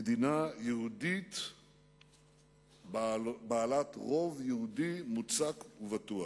מדינה יהודית בעלת רוב יהודי מוצק ובטוח.